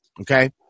okay